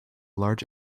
large